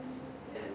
mm